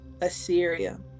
Assyria